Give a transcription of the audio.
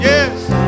Yes